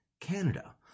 Canada